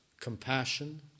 Compassion